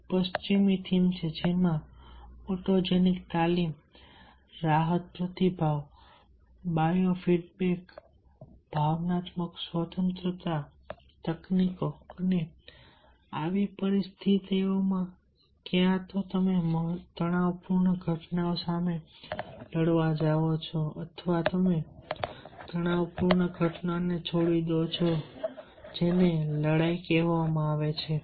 એક પશ્ચિમી થીમ છે જેમાં ઓટોજેનિક તાલીમ રાહત પ્રતિભાવ બાયોફીડબેક ભાવનાત્મક સ્વતંત્રતા તકનીકો અને આવી પરિસ્થિતિઓમાં ક્યાં તો તમે તણાવપૂર્ણ ઘટનાઓ સામે લડવા જાઓ છો અથવા તમે તણાવપૂર્ણ ઘટનાને છોડી દો છો જેને લડાઈ કહેવામાં આવે છે